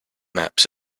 maps